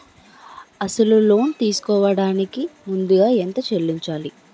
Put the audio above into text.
అసలు లోన్ తీసుకోడానికి ముందుగా ఎంత చెల్లించాలి?